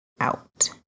out